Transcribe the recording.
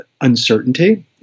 uncertainty